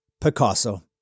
Picasso